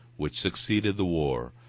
which succeeded the war,